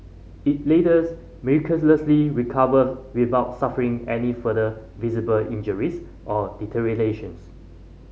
it later miraculously recovered without suffering any further visible injuries or